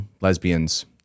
lesbians